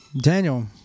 Daniel